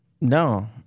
No